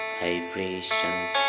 vibrations